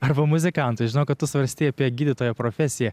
arba muzikantu žinau kad tu svarstei apie gydytojo profesiją